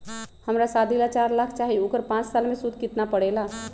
हमरा शादी ला चार लाख चाहि उकर पाँच साल मे सूद कितना परेला?